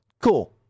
Cool